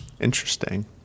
Interesting